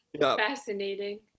Fascinating